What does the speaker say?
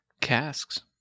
casks